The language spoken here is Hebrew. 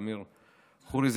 ואמיר ח'ורי,